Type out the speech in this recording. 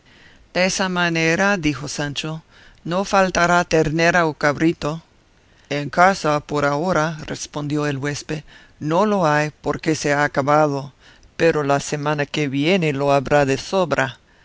quisiere desa manera dijo sancho no faltará ternera o cabrito en casa por ahora respondió el huésped no lo hay porque se ha acabado pero la semana que viene lo habrá de sobra